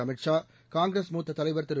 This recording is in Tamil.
அமித் ஷா காங்கிரஸ் மூத்த தலைவர் திரு